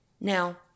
Now